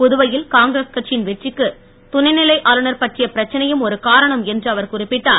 புதுவையில் காங்கிரஸ் கட்சியின் வெற்றிக்கு துணைநிலை ஆளுநர் பற்றிய பிரச்னையும் ஒரு காரணம் என்று அவர் குறிப்பிட்டார்